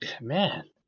man